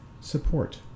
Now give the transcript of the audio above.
Support